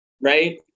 Right